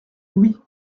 louis